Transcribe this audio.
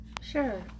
sure